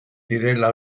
direla